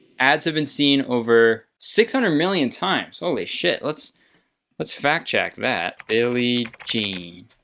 ads have been seen over six hundred million times. holy shit. let's let's fact check that. billy jean.